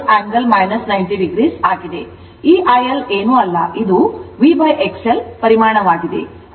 ಈ IL ಏನೂ ಅಲ್ಲ ಇದು VXL ಪರಿಮಾಣವಾಗಿದೆ